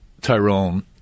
Tyrone